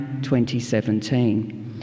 2017